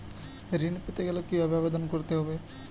ঋণ পেতে গেলে কিভাবে আবেদন করতে হবে?